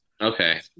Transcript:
Okay